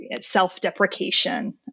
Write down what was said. self-deprecation